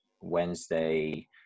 Wednesday